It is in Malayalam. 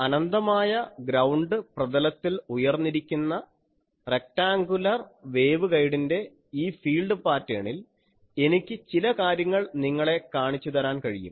അനന്തമായ ഗ്രൌണ്ട് പ്രതലത്തിൽ ഉയർന്നിരിക്കുന്ന റെക്ടാൻഗുലർ വേവ്ഗൈഡിന്റെ ഈ ഫീൽഡ് പാറ്റേണിൽ എനിക്ക് ചില കാര്യങ്ങൾ നിങ്ങളെ കാണിച്ചു തരാൻ കഴിയും